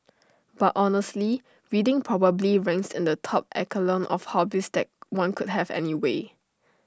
but honestly reading probably ranks in the top echelon of hobbies that one could have anyway